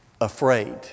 afraid